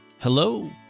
Hello